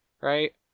right